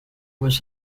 was